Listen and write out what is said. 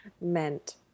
meant